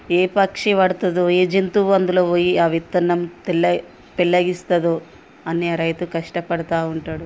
ఏ పక్షి పడుతుందో ఏ జంతువు అందులోకి పోయి ఆ విత్తనం తెల్ల పెల్లగిస్తుందో అనే రైతు కష్టపడుతూ ఉంటాడు